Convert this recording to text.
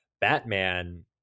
Batman